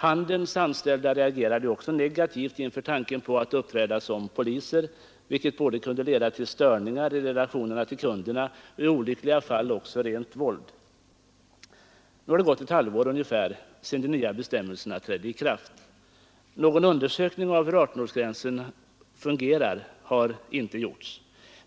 Handelns anställda reagerade ju också negativt inför tanken på att uppträda som poliser, vilket både kunde leda till störningar i relationerna till kunderna och i olyckliga fall till rent våld. Nu har det gått ungefär ett halvår sedan de nya bestämmelserna trädde i kraft. Någon undersökning av hur 18-årsgränsen fungerar har inte gjorts